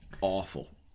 awful